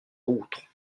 autres